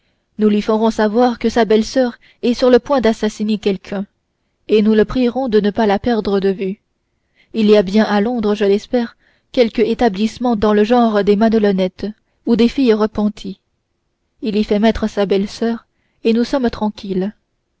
nous lui ferons savoir que sa belle-soeur est sur le point d'assassiner quelqu'un et nous le prierons de ne pas la perdre de vue il y a bien à londres je l'espère quelque établissement dans le genre des madelonnettes ou des filles repenties il y fait mettre sa bellesoeur et nous sommes tranquilles